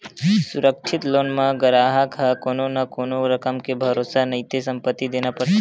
सुरक्छित लोन म गराहक ह कोनो न कोनो रकम के भरोसा नइते संपत्ति देना परथे